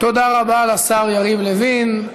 תודה רבה לשר יריב לוין.